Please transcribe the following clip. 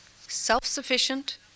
self-sufficient